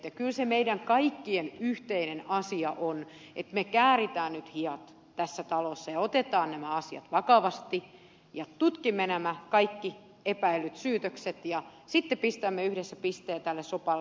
kyllä se meidän kaikkien yhteinen asia on että me käärimme nyt hihat tässä talossa ja otamme nämä asiat vakavasti ja tutkimme nämä kaikki epäillyt syytökset ja sitten pistämme yhdessä pisteen tälle sopalle